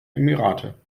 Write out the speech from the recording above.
emirate